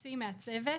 לחצי מהצוות,